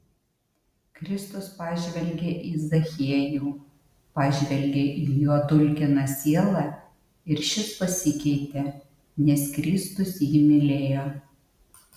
kristus pažvelgė į zachiejų pažvelgė į jo dulkiną sielą ir šis pasikeitė nes kristus jį mylėjo